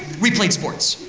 we played sports.